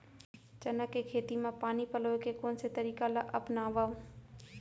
चना के खेती म पानी पलोय के कोन से तरीका ला अपनावव?